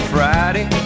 Friday